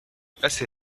passé